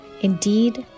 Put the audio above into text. indeed